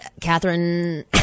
Catherine